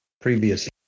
previously